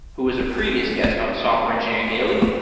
who is a previous guest on software engineering daily.